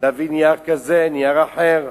להביא נייר כזה, נייר אחר,